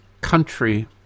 country